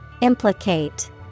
Implicate